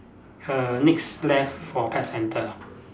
err next left for pet centre